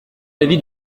l’avis